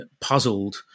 puzzled